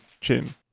chin